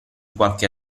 qualche